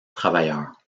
travailleur